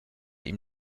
ihm